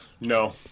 No